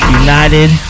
united